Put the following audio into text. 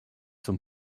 zum